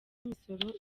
imisoro